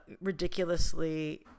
ridiculously